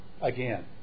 again